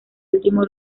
último